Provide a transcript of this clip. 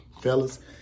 Fellas